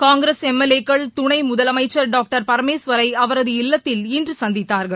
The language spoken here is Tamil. காங்கிரஸ் எம் எல் ஏ க்கள் துணை முதலமைச்சர் டாக்டர் பரமேஸ்வரை அவரது இல்லத்தில் இன்று சந்தித்தார்கள்